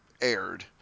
aired